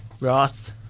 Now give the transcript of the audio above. Ross